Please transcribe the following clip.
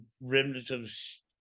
remnants